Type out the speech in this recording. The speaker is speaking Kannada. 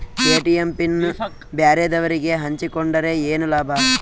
ಎ.ಟಿ.ಎಂ ಪಿನ್ ಬ್ಯಾರೆದವರಗೆ ಹಂಚಿಕೊಂಡರೆ ಏನು ಲಾಭ?